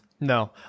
No